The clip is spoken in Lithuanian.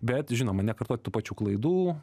bet žinoma nekartoti tų pačių klaidų